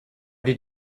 did